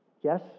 Yes